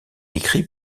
écrit